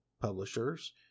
publishers